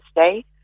stay